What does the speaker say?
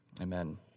Amen